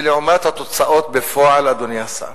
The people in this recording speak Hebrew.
לעומת התוצאות בפועל, אדוני השר.